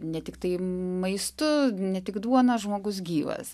ne tiktai maistu ne tik duona žmogus gyvas